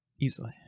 Easily